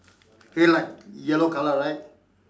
headlight yellow colour right